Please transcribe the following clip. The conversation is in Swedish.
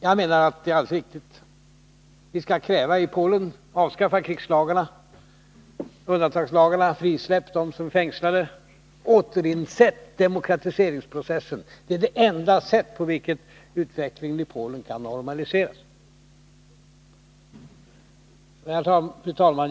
Jag menar att det är riktigt att vi skall kräva att man i Polen avskaffar krigslagarna och undantagslagarna, frisläpper de fängslade och återinsätter demokratiseringsprocessen. Det är det enda sätt på vilket utvecklingen i Polen kan normaliseras. Fru talman!